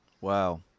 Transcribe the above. Wow